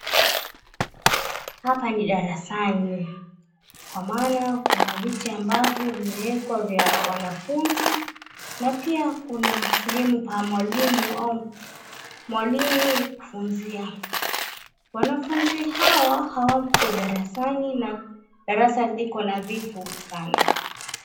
Hapa ni darasani. Kwa maana kuna viti ambavyo vimewekwa vya wanafunzi na pia kuna sehemu pa mwalimu au mwalimu kufunzia. Wanafunzi hawa hawako darasani na darasa liko nadhifu sana.